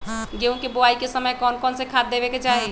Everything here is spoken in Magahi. गेंहू के बोआई के समय कौन कौन से खाद देवे के चाही?